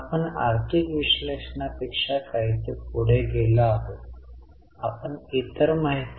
आपण अर्ध्या मार्गावरुन गेलो होतो तेथून पुढे जाऊ पण आपण पुन्हा एकदा प्रकरण पाहू